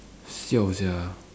siao sia